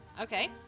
Okay